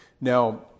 Now